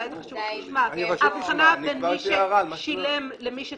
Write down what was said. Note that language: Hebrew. אולי חשוב שתשמע בין מי ששילם לבין מי שתיקף,